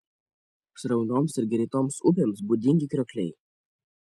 sraunioms ir greitoms upėms būdingi kriokliai